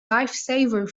lifesaver